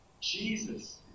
Jesus